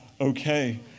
okay